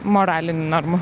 moralinių normų